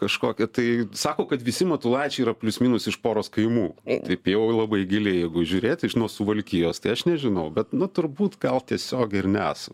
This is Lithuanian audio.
kažkokią tai sako kad visi matulaičiui yra plius minus iš poros kaimų taip jau labai giliai jeigu žiūrėti nuo suvalkijos tai aš nežinau bet na turbūt gal tiesiogiai ir nesam